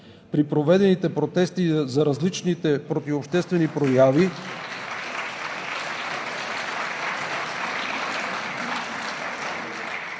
При проведените протести за различните противообществени прояви